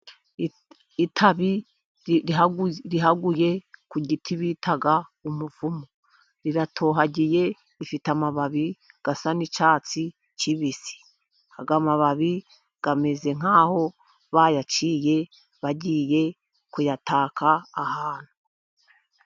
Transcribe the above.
Itabi rihaguye ku giti bita umuvumu riratohagiye, rifite amababi asa n'icyatsi kibisi. Aya mababi ameze nkaho bayaciye bagiye kuyataka ahantu.